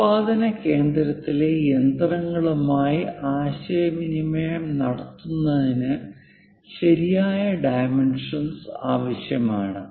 ഉൽപാദന കേന്ദ്രത്തിലെ യന്ത്രങ്ങളുമായി ആശയവിനിമയം നടത്തുന്നതിന് ശരിയായ ഡൈമെൻഷന്സ് ആവശ്യമാണ്